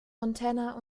montana